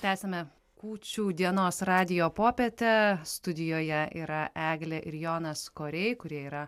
tęsiame kūčių dienos radijo popietę studijoje yra eglė ir jonas koriai kurie yra